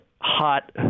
hot